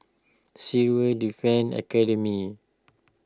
Civil Defence Academy